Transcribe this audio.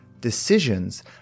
decisions